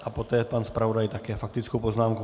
A poté pan zpravodaj také faktickou poznámku.